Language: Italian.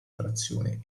trazione